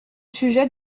sujet